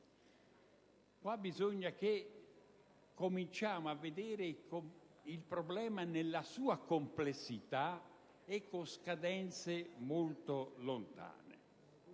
- bisogna cominciare a vedere il problema nella sua complessità e con scadenze molto lontane.